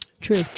True